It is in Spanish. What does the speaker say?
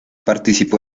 participó